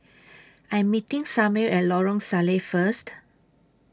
I'm meeting Samir At Lorong Salleh First